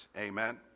Amen